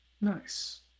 Nice